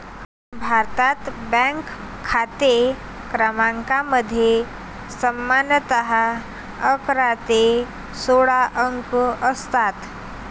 भारतात, बँक खाते क्रमांकामध्ये सामान्यतः अकरा ते सोळा अंक असतात